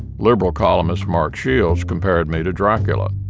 liberal columnist mark shields compared me to dracula